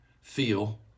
feel